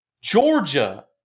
Georgia